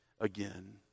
again